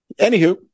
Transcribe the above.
Anywho